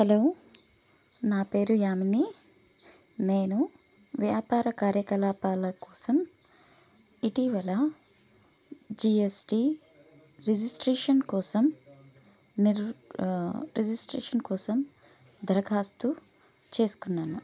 hello నా పేరు యామిని నేను వ్యాపార కార్యకలాపాల కోసం ఇటీవల జిఎస్టి రిజిస్ట్రేషన్ కోసం నిరు రిజిస్ట్రేషన్ కోసం దరఖాస్తూ చేసుకున్నాను